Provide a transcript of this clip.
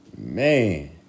Man